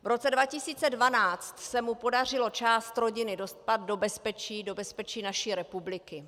V roce 2012 se mu podařilo část rodiny dostat do bezpečí, do bezpečí naší republiky.